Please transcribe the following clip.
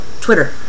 Twitter